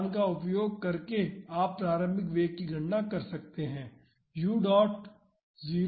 तो इस मान का उपयोग करके आप प्रारंभिक वेग की गणना कर सकते हैं